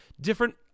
different